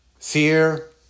fear